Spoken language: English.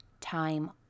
time